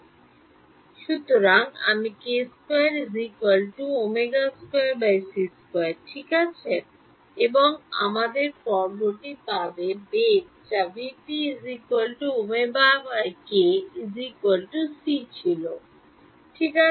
সুতরাং কে থাকবে সুতরাং আমি k2 ω2 c2 ঠিক আছে এবং আমাদের পর্বটি পাব বেগ যা vp ω k c ছিল ঠিক আছে